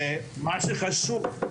ומה שחשוב,